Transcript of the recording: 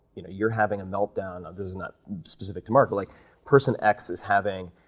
you know you're having a meltdown. this is not specific to mark, but like person x is having